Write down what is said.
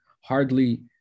hardly